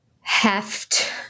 heft